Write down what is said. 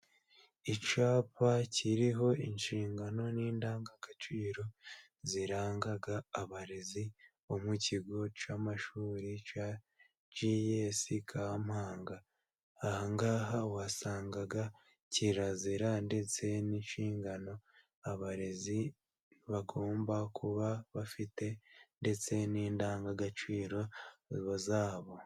Icyapa kiriho inshingano n'indangagaciro ziranga abarezi bo mu kigo cy'amashuri cya Jiyesi Kampanga. Ahangaha uhasanga kirazira ndetse n'inshingano abarezi bagomba kuba bafite, ndetse n'indangagaciro zabo.